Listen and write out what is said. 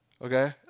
okay